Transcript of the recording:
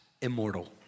immortal